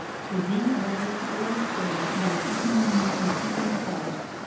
through thee i have rested all this day and i have eaten my meat in peace and quiet.